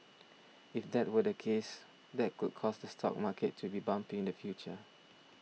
if that were the case that could cause the stock market to be bumpy in the future